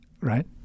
right